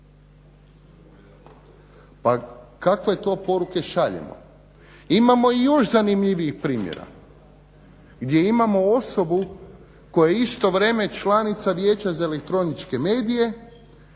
Pa kakve to poruke šaljemo? Imamo i još zanimljivijih primjera gdje imamo osobu koja je u isto vrijeme članica Vijeća za elektroničke medije